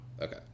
Okay